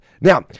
Now